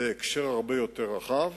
בהקשר הרבה יותר רחב,